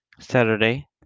Saturday